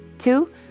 Two